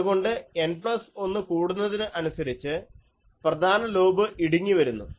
അതുകൊണ്ട് N plus 1 കൂടുന്നതിന് അനുസരിച്ച് പ്രധാന ലോബ് ഇടുങ്ങി വരുന്നു